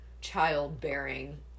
child-bearing